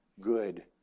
good